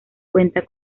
cuenta